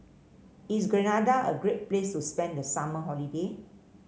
is Grenada a great place to spend the summer holiday